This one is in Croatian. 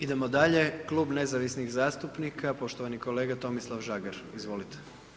Idemo dalje, klub Nezavisnih zastupnika, poštovani kolega Tomislav Žagar, izvolite.